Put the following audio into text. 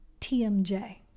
TMJ